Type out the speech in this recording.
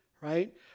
right